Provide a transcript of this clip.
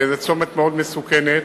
זה צומת מאוד מסוכן.